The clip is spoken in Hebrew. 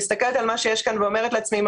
מסתכלת על מה שיש כאן ואומרת לעצמי שאם